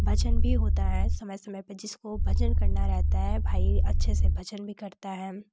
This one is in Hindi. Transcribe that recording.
भजन भी होता है समय समय पर जिसको भजन करना रहता है भाई अच्छे से भजन भी करता है